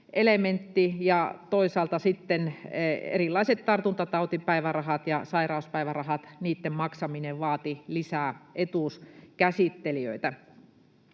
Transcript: toisaalta sitten erilaisten tartuntatautipäivärahojen ja sairauspäivärahojen maksaminen vaati lisää etuuskäsittelijöitä,